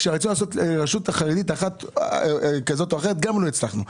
כשרצינו לעשות לרשות חרדית אחת כזו או אחרת לא הצלחנו.